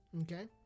Okay